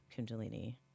Kundalini